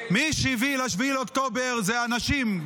מי שהביא ל-7 באוקטובר זה אנשים,